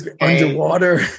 underwater